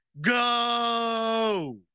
Go